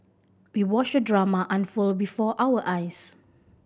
we watched the drama unfold before our eyes